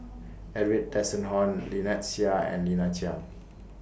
Edwin Tessensohn Lynnette Seah and Lina Chiam